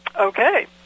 Okay